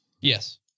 Yes